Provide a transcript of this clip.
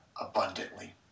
abundantly